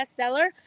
bestseller